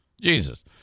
Jesus